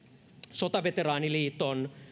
sotaveteraaniliiton